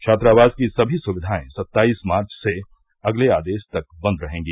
छात्रावास की सभी सुविधाएं सत्ताईस मार्च से अगले आदेश तक बन्द रहेंगी